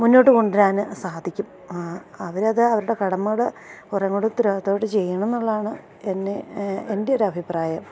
മുന്നോട്ട് കൊണ്ടുവരാന് സാധിക്കും അവരത് അവരുടെ കടമകള് കുറെക്കൂടി ഉത്തരവാദിത്തത്തോടെ ചെയ്യണമെന്നുള്ളതാണ് എൻ്റെ ഒരഭിപ്രായം